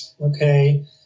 okay